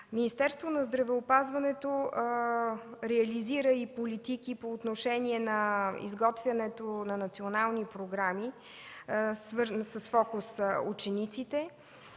Министерството на здравеопазването реализира и политики по отношение на изготвянето на национални програми с фокус учениците.